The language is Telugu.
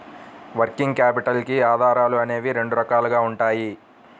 వర్కింగ్ క్యాపిటల్ కి ఆధారాలు అనేవి రెండు రకాలుగా ఉంటాయి